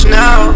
now